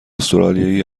استرالیایی